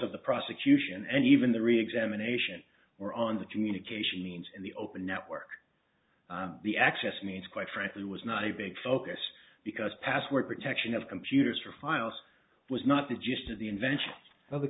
of the prosecution and even the reexamination were on the communication means in the open network the access means quite frankly was not a big focus because password protection of computers or files was not the gist of the invention of the